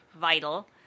vital